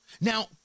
now